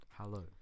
Hello